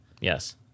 yes